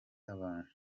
abantu